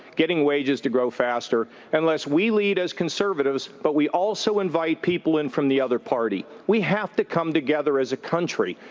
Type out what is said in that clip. getting wages to grow faster unless we lead as conservatives, but we also invite people in from the other party. we have to come together as a country.